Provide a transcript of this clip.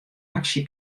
aksje